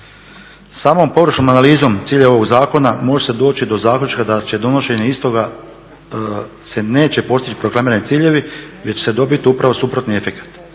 Samom površnom analizom cilj je ovog zakona može se doći do zaključka da će donošenje istoga se neće postići proklamirani ciljevi već će se dobiti upravno suprotni efekat.